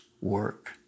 work